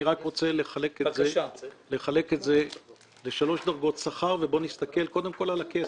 אני רק רוצה לחלק לשלוש דרגות שכר ובוא נסתכל קודם כל על הכסף.